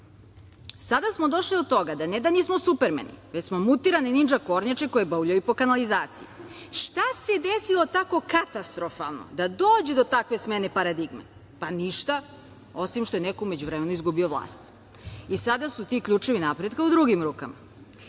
doba. Sada smo došli do toga da ne da nismo Supermeni, već smo mutirane Nindža kornjače koje bauljaju po kanalizaciji. Šta se desilo tako katastrofalno da dođe do takve smene paradigme? Ništa, osim što je neko u međuvremenu izgubio vlast i sada su ti ključevi napretka u drugim rukama.